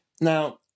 now